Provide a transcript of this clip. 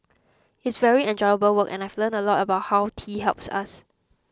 it's very enjoyable work and I've learnt a lot about how tea helps us